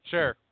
Sure